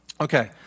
Okay